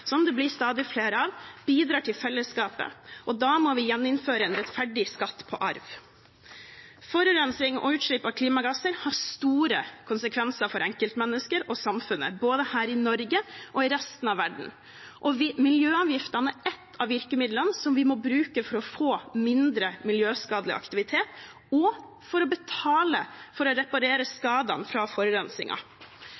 som det blir stadig flere av, bidrar til fellesskapet, og da må vi gjeninnføre en rettferdig skatt på arv. Forurensning og utslipp av klimagasser har store konsekvenser for enkeltmennesker og samfunnet, både her i Norge og i resten av verden. Miljøavgiftene er et av virkemidlene som vi må bruke for å få mindre miljøskadelig aktivitet og for å betale for å reparere